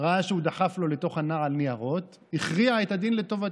ראה שהוא דחף לו לתוך הנעל ניירות והכריע את הדין לטובתו.